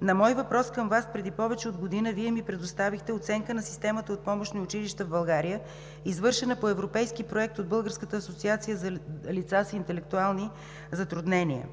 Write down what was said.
На мой въпрос към Вас преди повече от година Вие ми предоставихте оценка на системата от помощни училища в България, извършена по европейски проект от Българската асоциация за лица с интелектуални затруднения.